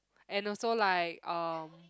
and also like uh